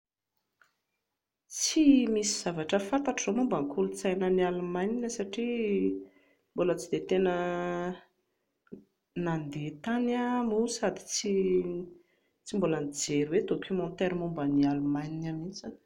Tsy misy zavatra fantatro izao momba ny kolotsain'i Alemana satria mbola tsy dia tena nandeha tany aho moa sady tsy mbola nijery documentaire momba an'i Alemana mihintsy